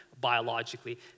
biologically